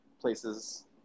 places